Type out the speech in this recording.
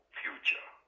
future